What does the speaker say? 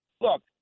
look